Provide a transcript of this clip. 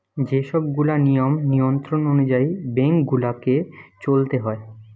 যে সব গুলা নিয়ম নিয়ন্ত্রণ অনুযায়ী বেঙ্ক গুলাকে চলতে হয়